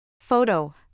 Photo